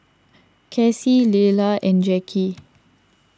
Kacy Leyla and Jackie